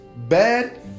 Bad